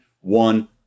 one